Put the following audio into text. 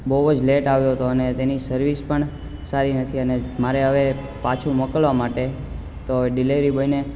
બહુ જ લેટ આવ્યો હતો ને તેની સર્વિસ પણ સારી નથી મારે હવે પાછું મોકલવા માટે તો હવે ડિલિવરી બોયને